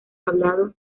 hablado